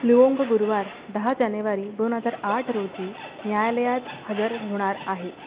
Luong गुरुवार दहा जानेवारी दोन हजार आठ रोजी न्यायालयात हजर होणार आहे